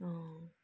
अँ